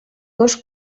gos